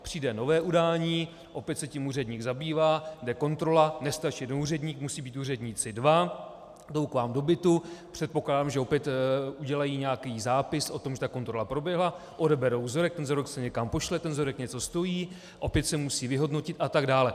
Přijde nové udání, opět se tím úředník zabývá, jde kontrola, nestačí jeden úředník, musí být úředníci dva, jdou k vám do bytu, předpokládám, že opět udělají nějaký zápis o tom, že kontrola proběhla, odeberou vzorek, ten vzorek se někam pošle, vzorek něco stojí, opět se musí vyhodnotit a tak dále.